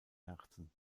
herzen